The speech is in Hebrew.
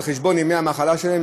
על חשבון ימי המחלה שלהם,